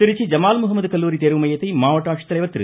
திருச்சி ஜமால்முஹமது கல்லூரி தேர்வு மையத்தை மாவட்ட ஆட்சித்தலைவர் திரு